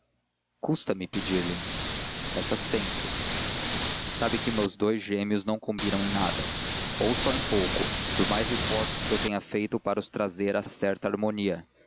nada custa-me pedir-lhe peça sempre sabe que os meus dous gêmeos não combinam em nada ou só em pouco por mais esforços que eu tenha feito para os trazer a certa harmonia